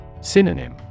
Synonym